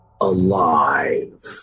alive